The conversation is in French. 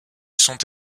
sont